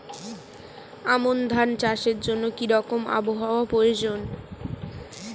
আমন ধান চাষের জন্য কি রকম আবহাওয়া প্রয়োজন?